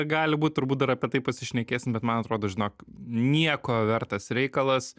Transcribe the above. gali būt turbūt dar apie tai pasišnekėsim bet man atrodo žinok nieko vertas reikalas